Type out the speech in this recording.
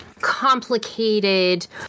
complicated